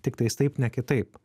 tiktais taip ne kitaip